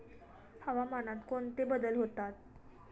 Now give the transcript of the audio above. हवामानात कोणते बदल होतात?